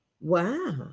Wow